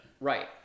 Right